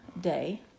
day